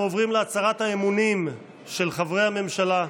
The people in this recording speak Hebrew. אנחנו עוברים להצהרת האמונים של חברי הממשלה.